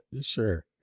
Sure